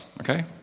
okay